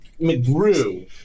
McGrew